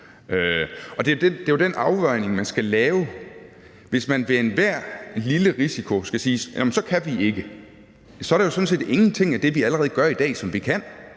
Det er jo den afvejning, man skal lave. Hvis man ved enhver lille risiko siger: Jamen så kan vi ikke, så er der jo sådan set ingenting af det, vi allerede gør i dag, som vi kan.